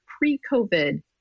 pre-COVID